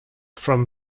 from